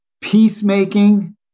peacemaking